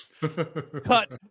cut